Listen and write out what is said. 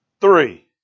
three